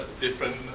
different